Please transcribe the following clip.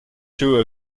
through